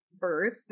birth